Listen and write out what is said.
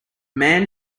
man